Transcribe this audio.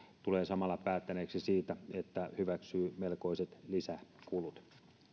tulee samalla päättäneeksi siitä että hyväksyy melkoiset lisäkulut